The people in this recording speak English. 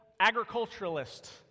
agriculturalist